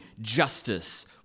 justice